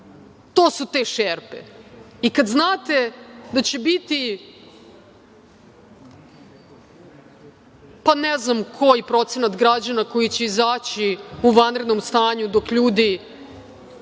To su te šerpe. Kada znate da će biti ne znam koji procenat građana koji će izaći u vanrednom stanju dok ljudi